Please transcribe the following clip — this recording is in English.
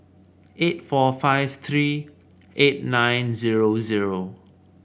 eight four five three eight nine zero zero